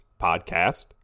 podcast